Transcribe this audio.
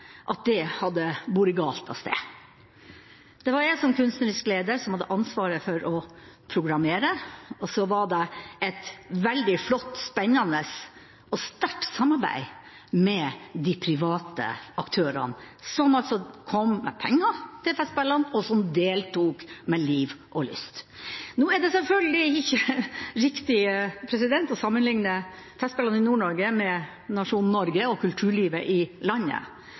som kunstnerisk leder som hadde ansvaret for å programmere, og så var det et veldig flott, spennende og sterkt samarbeid med de private aktørene, som altså kom med penger til festspillene, og som deltok med liv og lyst. Nå er det selvfølgelig ikke riktig å sammenligne Festspillene i Nord-Norge med nasjonen Norge og kulturlivet i landet,